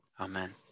amen